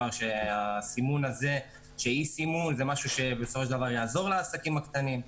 סימון זה משהו שבסופו של דבר יעזור לעסקים הקטנים,